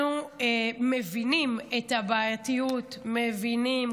אנחנו מבינים את הבעייתיות, מבינים.